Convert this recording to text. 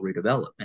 redevelopment